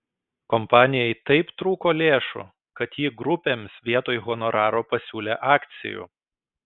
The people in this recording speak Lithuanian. kompanijai taip trūko lėšų kad ji grupėms vietoj honoraro pasiūlė akcijų